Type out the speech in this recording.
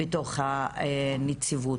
בתוך הנציבות.